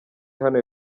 hano